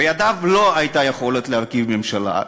לא הייתה בידיו יכולת להרכיב ממשלה,